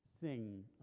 sing